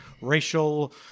racial